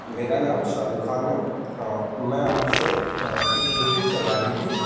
میرا نام شاہ رخ خان ہے میں آپ سے ایک بکنگ کروانی تھی